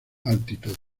altitud